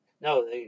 No